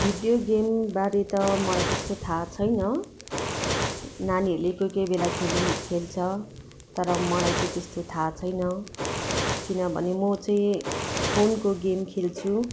video गेमबारे त मलाई त्यस्तो थाहा छैन नानीहरूले कोही कोहीबेला खेलिन खेल्छ तर मलाई चाहिँ त्यस्तो थाह छैन तर किनभने म चाहिँ फोनको गेम खेल्छु